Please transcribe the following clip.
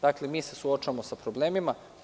Dakle, mi se suočavamo sa problemima.